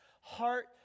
heart